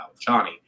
johnny